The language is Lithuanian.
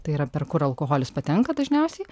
tai yra per kur alkoholis patenka dažniausiai